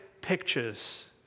pictures